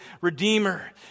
redeemer